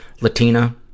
Latina